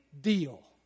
deal